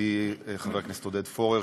ידידי חבר הכנסת עודד פורר,